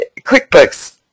QuickBooks